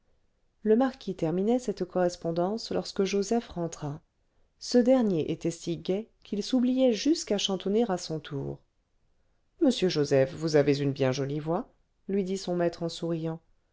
le marquis terminait cette correspondance lorsque joseph rentra ce dernier était si gai qu'il s'oubliait jusqu'à chantonner à son tour monsieur joseph vous avez une bien jolie voix lui dit son maître en souriant